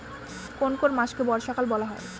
কোন কোন মাসকে বর্ষাকাল বলা হয়?